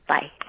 Bye